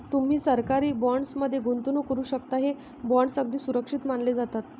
तुम्ही सरकारी बॉण्ड्स मध्ये गुंतवणूक करू शकता, हे बॉण्ड्स अगदी सुरक्षित मानले जातात